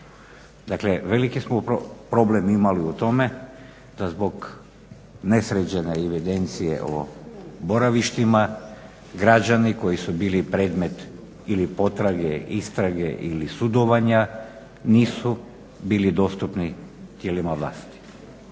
Dakle, veliki smo problem imali u tome da zbog nesređene evidencije o boravištima građani koji su bili predmet ili potrage, istrage ili sudovanja nisu bili dostupni tijelima vlasti.